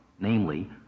namely